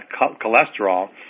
cholesterol